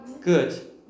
Good